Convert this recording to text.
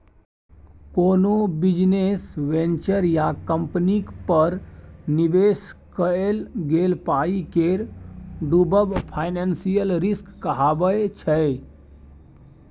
कोनो business venture या कंपनीक पर निबेश कएल गेल पाइ केर डुबब फाइनेंशियल रिस्क कहाबै छै